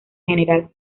general